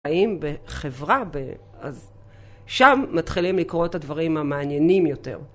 חיים בחברה, שם מתחילים לקרות הדברים המעניינים יותר.